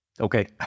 Okay